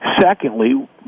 Secondly